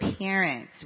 parents